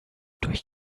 durch